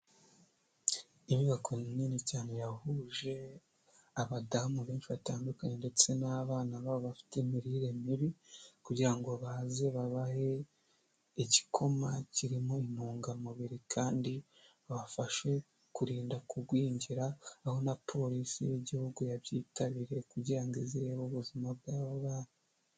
Inyubako nini cyane yahuje abadamu benshi batandukanye ndetse n'abana babo bafite imirire mibi, kugira ngo baze babahe igikoma kirimo intungamubiri, kandi babafashe kurinda kugwingira, aho na polisi y'igihugu yabyitabiye kugirango ize irebe ubuzima bw'abo bana.